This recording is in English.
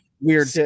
Weird